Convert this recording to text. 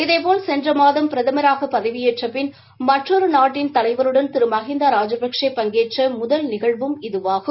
இதேபோல் சென்ற மாதம் பிரதமராக பதவியேற்ற பின் மற்றொரு நாட்டின் தலைவருடன் திரு மகிந்தா ராஜபக்ஷே பங்கேற்கும் முதல் நிகழ்வும் இதுவாகும்